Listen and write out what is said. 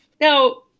Now